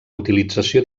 utilització